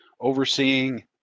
overseeing